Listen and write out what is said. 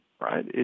right